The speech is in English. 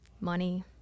money